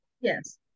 yes